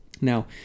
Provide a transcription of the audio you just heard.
Now